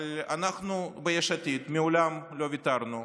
אבל אנחנו ביש עתיד מעולם לא ויתרנו,